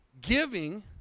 giving